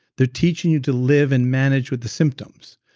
they're teaching you to live and manage with the symptoms.